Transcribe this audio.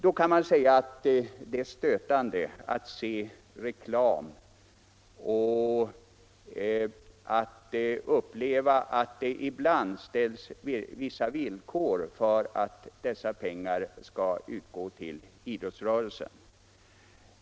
Det är stötande att se reklam och att uppleva att det ibland ställs vissa villkor för att dessa pengar skall utgå till idrottsrörelsen.